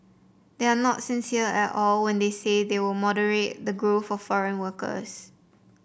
they are not sincere at all when they say they will moderate the growth of foreign workers